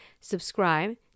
subscribe